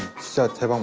sautee um